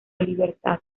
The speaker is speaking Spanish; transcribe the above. libertad